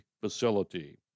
facility